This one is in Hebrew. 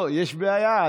מאוד.